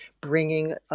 bringing